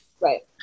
right